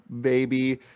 baby